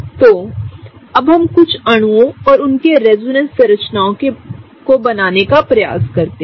तो अब हम कुछ अणुओं और उनके रेजोनेंस संरचनाओं को बनाने का प्रयास करते हैं